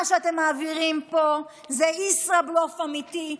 מה שאתם מעבירים פה הוא ישראבלוף אמיתי,